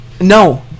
No